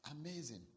Amazing